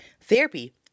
therapy